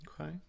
okay